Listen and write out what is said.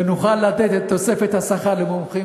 ונוכל לתת את תוספת השכר למומחים,